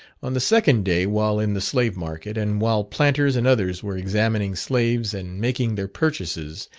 on the second day while in the slave-market, and while planters and others were examining slaves and making their purchases,